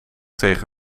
tegen